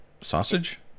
Sausage